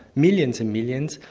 millions and millions.